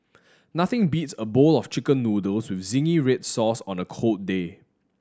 nothing beats a bowl of Chicken Noodles with zingy red sauce on a cold day